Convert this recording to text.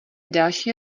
další